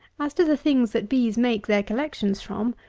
as to the things that bees make their collections from,